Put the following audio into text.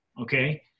okay